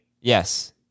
Yes